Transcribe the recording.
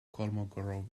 kolmogorov